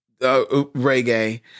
reggae